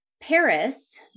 Paris